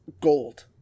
gold